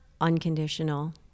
unconditional